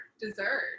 dessert